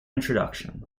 introduction